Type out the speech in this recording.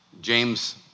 James